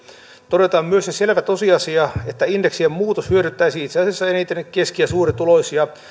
todetaan myös se selvä tosiasia että indeksien muutos hyödyttäisi itse asiassa eniten keski ja suurituloisia ja